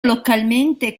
localmente